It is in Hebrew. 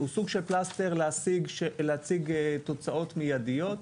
הוא סוג של פלסתר להציג תוצאות מיידיות,